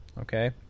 okay